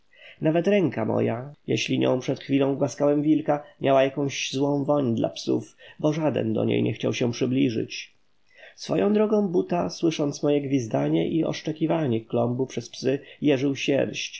nawet ręka moja jeśli nią przed chwilą głaskałem wilka miała jakąś złą woń dla psów bo żaden do niej nie chciał się przybliżyć swoją drogą buta słysząc moje gwizdanie i oszczekiwanie klombu przez psy jeżył sierść podnosił się